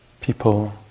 people